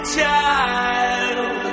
child